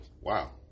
Wow